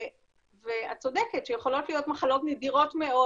את צודקת שיכולות להיות מחלות נדירות מאוד